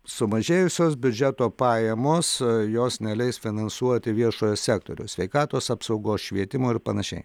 sumažėjusios biudžeto pajamos jos neleis finansuoti viešojo sektoriaus sveikatos apsaugos švietimo ir panašiai